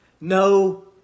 No